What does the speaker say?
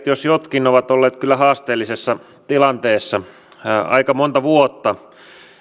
jos jotkut ovat olleet kyllä haasteellisessa tilanteessa aika monta vuotta